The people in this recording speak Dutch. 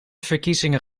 verkiezingen